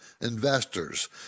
Investors